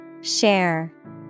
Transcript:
Share